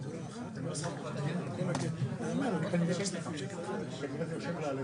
כשהיום יש חמישה ואתה צריך להכפיל את זה בכמה מאות,